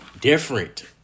different